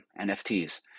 NFTs